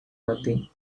nothing